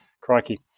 Crikey